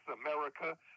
America